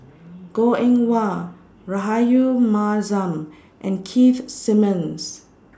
Goh Eng Wah Rahayu Mahzam and Keith Simmons